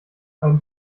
ein